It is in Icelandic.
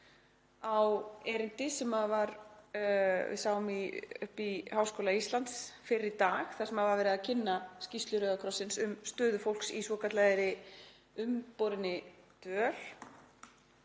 á erindi sem við sáum í Háskóla Íslands fyrr í dag, þar sem var verið að kynna skýrslu Rauða krossins um stöðu fólks í svokallaðri umborinni dvöl,